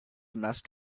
must